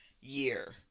year